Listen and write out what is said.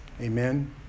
Amen